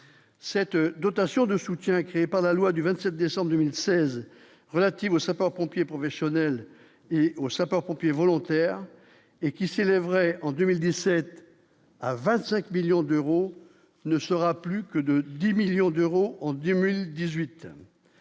Cette dotation de soutien créé par la loi du 27 décembre 2016 relatives aux sapeurs-pompiers professionnels et aux sapeurs-pompiers volontaires et qui s'élèverait en 2017 à 25 millions d'euros ne sera plus que de 10 millions d'euros on dit